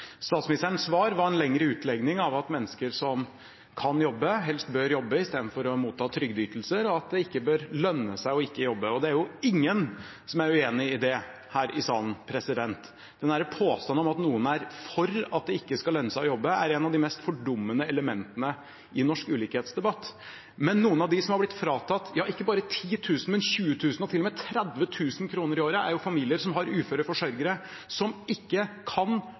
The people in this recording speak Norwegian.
Statsministerens svar var en lengre utlegning om at mennesker som kan jobbe, helst bør jobbe i stedet for å motta trygdeytelser, og at det ikke bør lønne seg ikke å jobbe. Det er jo ingen som er uenig i det her i salen. Men en påstand om at noen er for at det ikke skal lønne seg å jobbe, er et av de mest fordummende elementene i norsk ulikhetsdebatt. Noen av dem som har blitt fratatt ikke bare 10 000, men 20 000 og til og med 30 000 kr i året – er familier som har uføre forsørgere som ikke kan